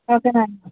okay madam